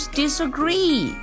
disagree